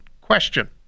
question